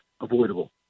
avoidable